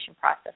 process